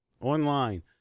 online